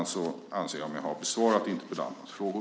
Därmed anser jag mig ha besvarat interpellanternas frågor.